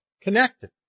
connected